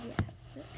yes